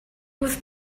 was